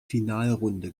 finalrunde